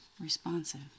responsive